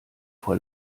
vor